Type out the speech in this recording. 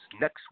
next